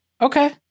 Okay